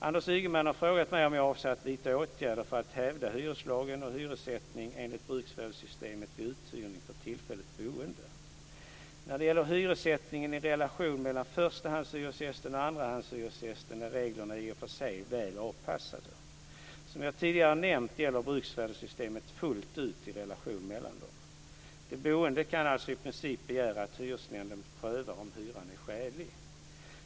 Anders Ygeman har frågat mig om jag avser att vidta åtgärder för att hävda hyreslagen och hyressättning enligt bruksvärdessystemet vid uthyrning för tillfälligt boende. När det gäller hyressättningen i relationen mellan förstahandshyresgästen och andrahandshyresgästen är reglerna i och för sig väl avpassade. Som jag tidigare nämnt gäller bruksvärdessystemet fullt ut i relationen mellan dem. De boende kan alltså i princip begära att hyresnämnden prövar om hyran är skälig.